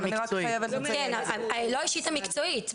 לא האישית המקצועית,